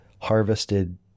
harvested